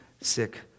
sick